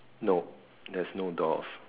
no there's no doors